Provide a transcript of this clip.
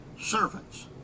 servants